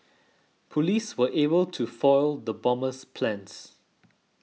police were able to foil the bomber's plans